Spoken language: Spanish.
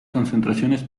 concentraciones